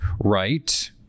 right